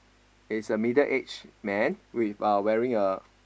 is a middle aged man with a wearing a